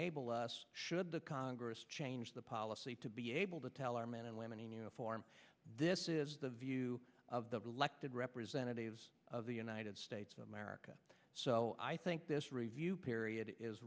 able us should the congress change the policy to be able to tell our men and women in uniform this is the view of the elected representatives of the united states of america so i think this review period is